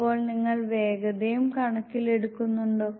അപ്പോൾ നിങ്ങൾ വേഗതയും കണക്കിലെടുക്കുന്നുണ്ടോ